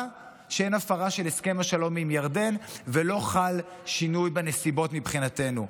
שאין הפרה של הסכם השלום עם ירדן ולא חל שינוי בנסיבות מבחינתנו.